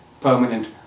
permanent